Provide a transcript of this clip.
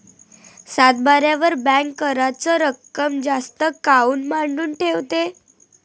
सातबाऱ्यावर बँक कराच रक्कम जास्त काऊन मांडून ठेवते?